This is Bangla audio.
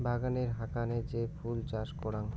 বাগানের হাকানে যে ফুল চাষ করাং